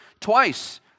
twice